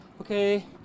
Okay